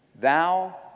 thou